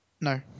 No